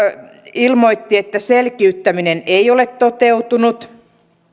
ilmoitti että selkiyttäminen ei ole toteutunut